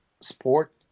sport